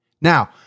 Now